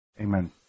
Amen